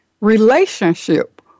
relationship